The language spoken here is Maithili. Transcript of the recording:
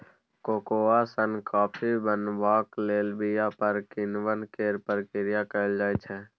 कोकोआ सँ कॉफी बनेबाक लेल बीया पर किण्वन केर प्रक्रिया कएल जाइ छै